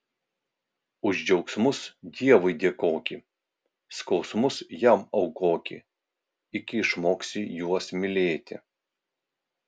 už džiaugsmus dievui dėkoki skausmus jam aukoki iki išmoksi juos mylėti